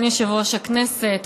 סגן יושב-ראש הכנסת,